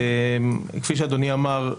כפי שאדוני אמר,